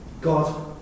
God